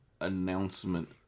announcement